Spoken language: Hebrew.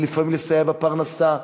ולפעמים לסייע בפרנסה,